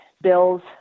bills